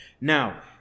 Now